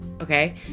okay